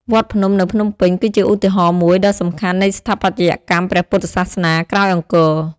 វត្តភ្នំនៅភ្នំពេញគឺជាឧទាហរណ៍មួយដ៏សំខាន់នៃស្ថាបត្យកម្មព្រះពុទ្ធសាសនាក្រោយអង្គរ។